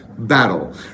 battle